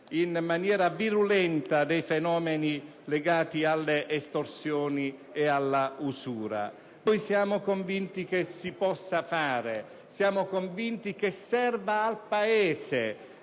in modo virulento i fenomeni legati alle estorsioni e all'usura. Noi siamo convinti che tutto ciò si possa fare; siamo convinti che serva al Paese